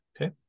Okay